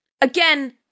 again